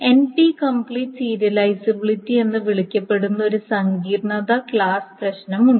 N P complete serializability എന്ന് വിളിക്കപ്പെടുന്ന ഒരു സങ്കീർണ്ണത ക്ലാസ് പ്രശ്നമുണ്ട്